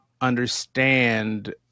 understand